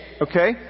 Okay